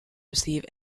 receive